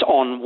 on